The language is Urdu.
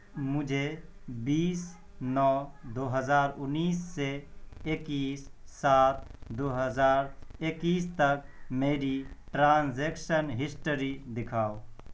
مجھے بیس نو دو ہزار انیس سے اکیس سات دو ہزار اکیس تک میری ٹرانزیکشن ہسٹری دکھاؤ